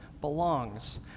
belongs